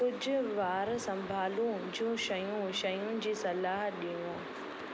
कुझु वार संभालूं जूं शयूं शयुनि जी सलाह ॾियो